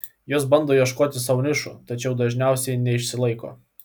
jos bando ieškoti sau nišų tačiau dažniausiai neišsilaiko